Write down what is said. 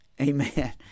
Amen